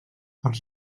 els